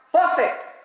perfect